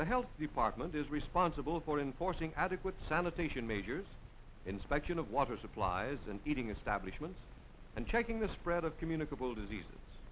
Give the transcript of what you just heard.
the health department is responsible for enforcing adequate sanitation majors inspection of water supplies and eating establishments and checking the spread of communicable disease